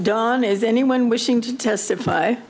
on is anyone wishing to testify